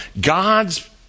God's